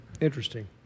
interesting